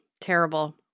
Terrible